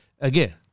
Again